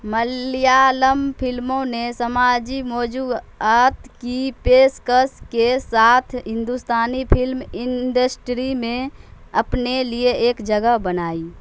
ملیالم فلموں نے سماجی موضوعات کی پیش کش کے ساتھ ہندوستانی فلم انڈسٹری میں اپنے لیے ایک جگہ بنائی